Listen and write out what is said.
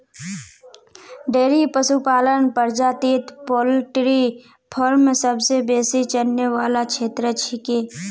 dairy पशुपालन प्रजातित poultry farm सबसे बेसी चलने वाला क्षेत्र छिके